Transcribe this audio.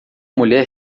mulher